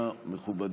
בבקשה, מכובדי.